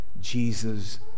Jesus